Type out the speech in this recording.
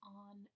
on